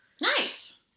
Nice